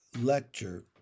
lecture